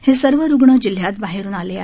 हे सर्व रुग्ण जिल्ह्यात बाहेरून आले आहेत